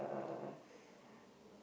uh